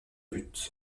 but